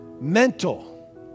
mental